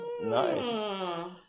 Nice